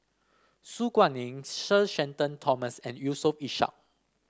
Su Guaning Sir Shenton Thomas and Yusof Ishak